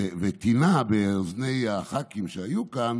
ותינה באוזני הח"כים שהיו כאן